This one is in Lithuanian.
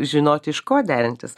žinoti iš ko derintis